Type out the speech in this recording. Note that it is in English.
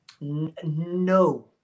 No